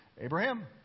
Abraham